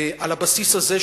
על הבסיס הזה,